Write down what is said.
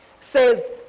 says